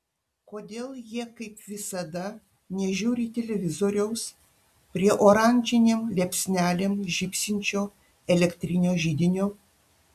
kodėl jie kaip visada nežiūri televizoriaus prie oranžinėm liepsnelėm žybsinčio elektrinio židinio